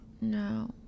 No